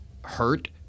hurt